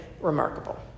remarkable